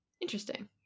Interesting